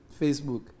Facebook